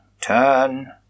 Turn